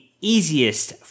easiest